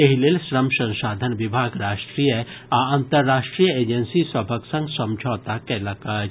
एहि लेल श्रम संसाधन विभाग राष्ट्रीय आ अन्तर्राष्ट्रीय एजेंसी सभक संग समझौता कयलक अछि